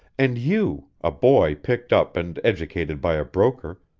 and you, a boy picked up and educated by a broker,